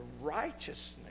righteousness